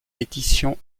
éditions